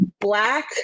black